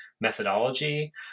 methodology